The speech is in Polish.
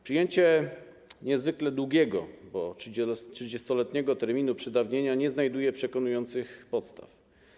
Przyjęcie niezwykle długiego, bo 30-letniego terminu przedawnienia, nie znajduje przekonujących podstaw.